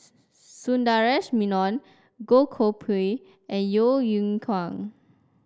Sundaresh Menon Goh Koh Pui and Yeo Yeow Kwang